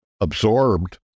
absorbed